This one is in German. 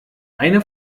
eine